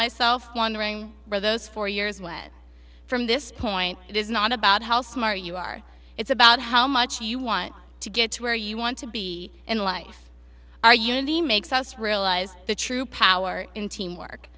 myself wondering where those four years went from this point it is not about how smart you are it's about how much you want to get to where you want to be in life our unity makes us realize the true power in teamwork